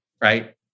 right